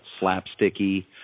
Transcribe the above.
slapsticky